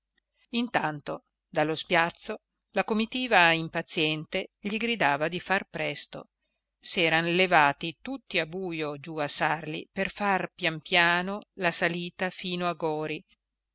intanto dallo spiazzo la comitiva impaziente gli gridava di far presto s'eran levati tutti a bujo giù a sarli per fare pian piano la salita fino a gori